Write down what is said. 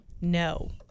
no